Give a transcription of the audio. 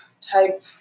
type